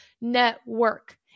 Network